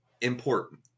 important